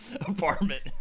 apartment